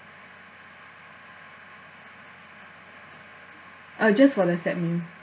uh just for the set meal